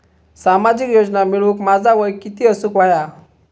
सामाजिक योजना मिळवूक माझा वय किती असूक व्हया?